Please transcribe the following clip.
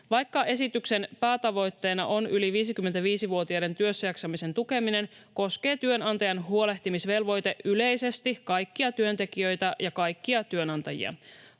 Vaikka esityksen päätavoitteena on yli 55-vuotiaiden työssäjaksamisen tukeminen, koskee työnantajan huolehtimisvelvollisuus yleisesti kaikkia työntekijöitä ja kaikkia työnantajia.